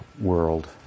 world